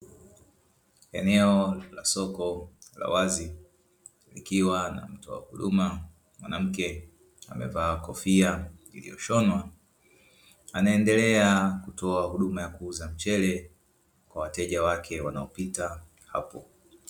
Eneo la soko la wazi likiwa na mtoa huduma mwanamke amevaa kofia iliyoshonwa, anaendelea kutoa huduma ya kuuza mchele kwa wateja wake wanaopita hapo.